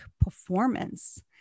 performance